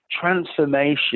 transformation